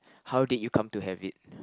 how did you come to have it